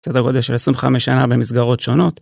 סדר גודל של 25 שנה במסגרות שונות.